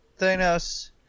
Thanos